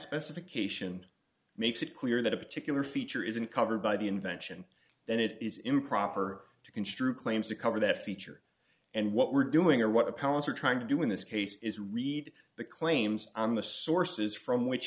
specification makes it clear that a particular feature isn't covered by the invention then it is improper to construe claims to cover that feature and what we're doing or what the palace are trying to do in this case is read the claims on the sources from which